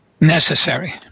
necessary